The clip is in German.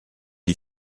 die